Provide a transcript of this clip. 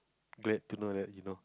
glad to know that you know